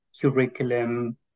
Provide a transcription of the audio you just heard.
curriculum